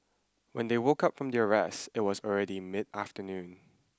when they woke up from their rest it was already mid afternoon